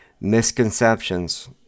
misconceptions